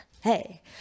Hey